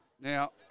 Now